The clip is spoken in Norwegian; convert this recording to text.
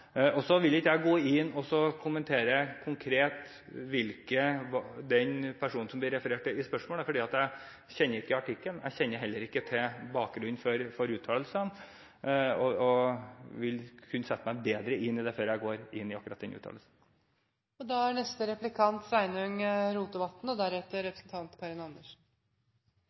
sektorer. Så vil ikke jeg gå inn og kommentere konkret den personen som det ble referert til i spørsmålet, for jeg kjenner ikke artikkelen. Jeg kjenner heller ikke til bakgrunnen for uttalelsene og vil kunne sette meg bedre inn i det før jeg går inn i akkurat den uttalelsen. Eg vil gjerne stille spørsmål om ei gruppe som dessverre har vorte større i landet vårt, nemleg fattige barn. Både regjeringa Stoltenberg og